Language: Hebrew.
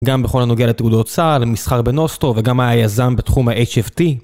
גם בכל הנוגע לתעודת סל, למסחר בנוסטרו וגם היה יזם בתחום ה-HFT